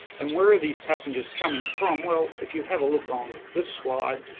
and where are these passengers coming from? well, if you have a look on this slide,